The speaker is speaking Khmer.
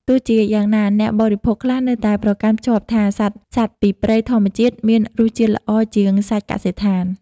ទោះជាយ៉ាងណា អ្នកបរិភោគខ្លះនៅតែប្រកាន់ខ្ជាប់ថា សាច់សត្វពីព្រៃធម្មជាតិមានរសជាតិល្អជាងសាច់កសិដ្ឋាន។